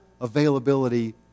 availability